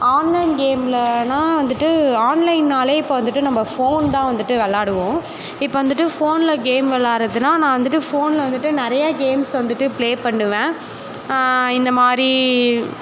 online கேம்லைன்னா வந்துட்டு ஆன்லைன்னாலே இப்போ வந்துட்டு நம்ம ஃபோன் தான் வந்துட்டு விளாடுவோம் இப்போ வந்துட்டு ஃபோனில் கேம் விளாட்றதுனா நான் வந்துட்டு ஃபோனில் வந்துட்டு நிறையா கேம்ஸை வந்துட்டு ப்ளே பண்ணுவேன் இந்தமாரி